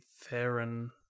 Theron